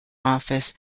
office